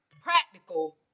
practical